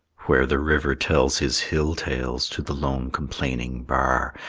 where the river tells his hill-tales to the lone complaining bar,